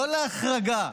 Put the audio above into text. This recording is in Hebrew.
לא להחרגה,